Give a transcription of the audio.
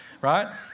Right